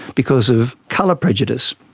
because of colour prejudice.